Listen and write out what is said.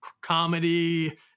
comedy